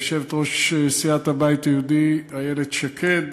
יושבת-ראש סיעת הבית היהודי איילת שקד,